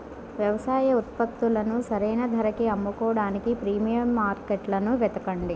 వ్యవసాయ ఉత్పత్తులను సరైన ధరకి అమ్ముకోడానికి ప్రీమియం మార్కెట్లను వెతకండి